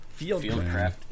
Fieldcraft